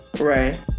Right